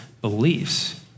beliefs